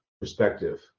perspective